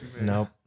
Nope